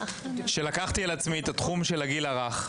אני יכול לומר לך שלקחתי על עצמי את תחום הגיל הרך.